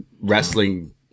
wrestling